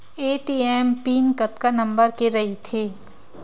ATM PIN कतका number के रही थे?